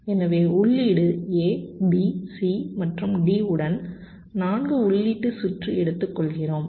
எனவே உள்ளீடு A B C மற்றும் D உடன் 4 உள்ளீட்டு சுற்று எடுத்துக்கொள்கிறோம்